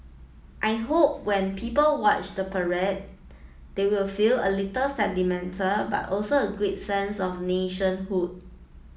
I hope when people watch the parade they will feel a little sentimental but also a great sense of nationhood